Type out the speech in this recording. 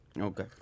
Okay